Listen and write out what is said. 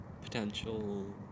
potential